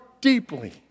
deeply